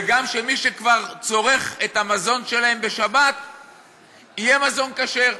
וגם למי שכבר צורך את המזון שלו בשבת יהיה מזון כשר.